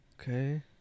Okay